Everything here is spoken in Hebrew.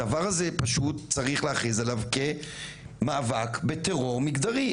הדבר הזה פשוט צריך להכריז עליו כמאבק בטרור מגדרי,